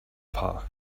paar